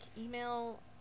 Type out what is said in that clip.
email